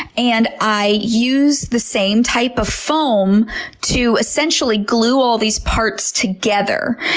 and i use the same type of foam to essentially glue all these parts together.